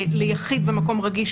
ליחיד במקום רגיש